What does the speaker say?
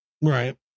Right